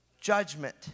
judgment